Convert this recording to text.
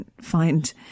find